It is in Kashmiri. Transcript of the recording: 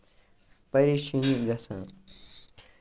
پَریشٲنی گژھان